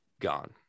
gone